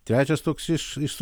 trečias toks iš iš